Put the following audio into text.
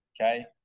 okay